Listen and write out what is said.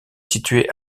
situé